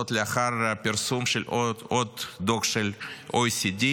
זאת לאחר פרסום של עוד דוח של OECD,